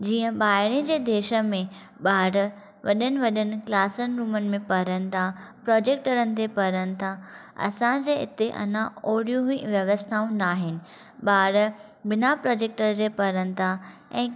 जीअं ॿाहिरि जे देश में ॿार वॾनि वॾनि क्लासनि रूमनि में पढ़नि था प्रोजेकटरनि ते पढ़नि ता असांजे हिते अञा ओहिड़ियूं ई व्यवस्थाऊं न आहिनि ॿार बिना प्रोजेक्टर जे पढ़नि था ऐं